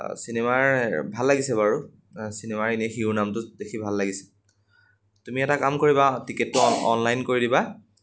অঁ চিনেমাৰ ভাল লাগিছে বাৰু চিনেমাৰ এনেই শিৰোনামটো দেখি ভাল লাগিছে তুমি এটা কাম কৰিবা টিকেটটো অন অনলাইন কৰি দিবা